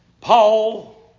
Paul